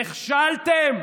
נכשלתם,